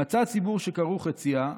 "מצא ציבור שקראו חצייה"